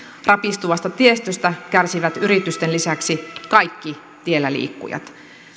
rapistuvasta tiestöstä kärsivät yritysten lisäksi kaikki tiellä liikkujat